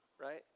right